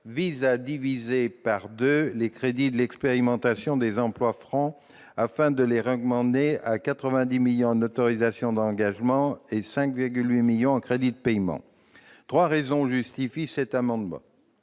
vise à diviser par deux les crédits de l'expérimentation des emplois francs et à les porter à 90 millions d'euros en autorisations d'engagement et à 5,8 millions d'euros en crédits de paiement. Trois raisons justifient son dépôt.